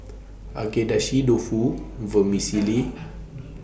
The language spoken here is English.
Agedashi Dofu Vermicelli